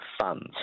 funds